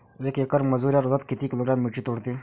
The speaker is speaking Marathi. येक मजूर या रोजात किती किलोग्रॅम मिरची तोडते?